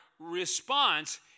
response